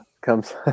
Comes